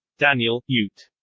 daniel, ute.